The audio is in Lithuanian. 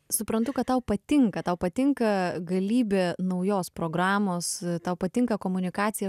suprantu kad tau patinka tau patinka galybė naujos programos tau patinka komunikacija